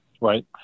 right